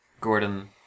Gordon